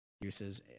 uses